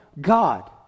God